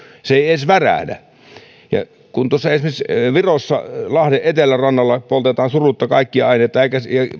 se ei edes värähdä esimerkiksi virossa lahden etelärannalla poltetaan surutta kaikkia aineita